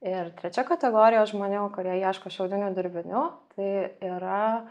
ir trečia kategorija žmonių kurie ieško šiaudinių dirbinių tai yra